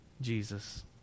Jesus